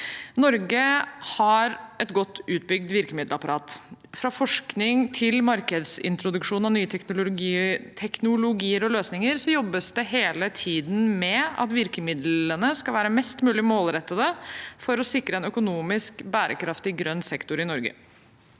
Norge har et godt utbygd virkemiddelapparat, og fra forskning til markedsintroduksjon av nye teknologier og løsninger jobbes det hele tiden med at virkemidlene skal være mest mulig målrettede for å sikre en økonomisk bærekraftig grønn sektor i Norge.